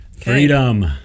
freedom